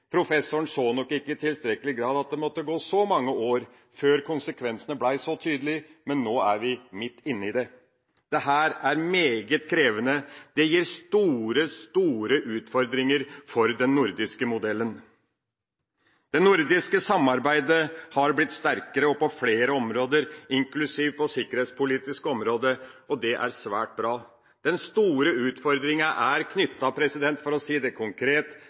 Professoren så nok ikke i tilstrekkelig grad at det måtte gå så mange år før konsekvensene ble så tydelige, men nå er vi midt inne i det. Dette er meget krevende. Det gir store, store utfordringer for den nordiske modellen. Det nordiske samarbeidet har blitt sterkere på flere områder, inklusiv på det sikkerhetspolitiske området, og det er svært bra. Den store utfordringa er – for å si det konkret